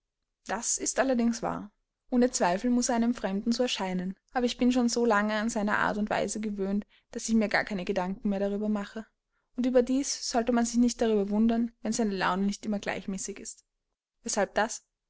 das ist allerdings wahr ohne zweifel muß er einem fremden so erscheinen aber ich bin schon so lange an seine art und weise gewöhnt daß ich mir gar keine gedanken mehr darüber mache und überdies sollte man sich nicht darüber wundern wenn seine laune nicht immer gleichmäßig ist weshalb das